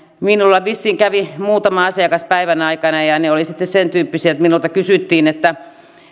minulla vissiin kävi muutama asiakas päivän aikana ja ja ne olivat sitten sen tyyppisiä että minulta kysyttiin että